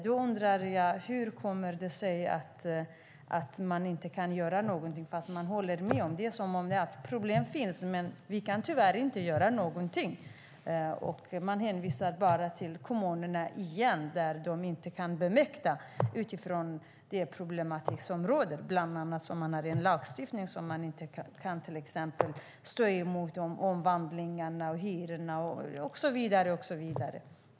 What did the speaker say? Då undrar jag: Hur kommer det sig att man inte kan göra någonting fast man håller med? Det är som att man säger: Problem finns, men vi kan tyvärr inte göra någonting. Man hänvisar bara till kommunerna igen, och de mäktar inte med utifrån den problematik som råder. Bland annat finns det en lagstiftning som de inte kan stå emot. Det handlar om omvandlingarna, hyrorna och så vidare.